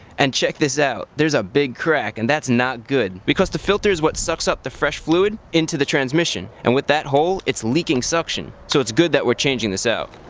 and check this out there's a big crack, and that's not good because the filter is what sucks up the fresh fluid into the transmission and with that hole, it's leaking suction. so it's good that we're changing this out.